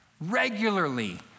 regularly